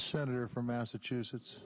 senator from massachusetts